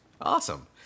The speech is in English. Awesome